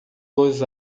los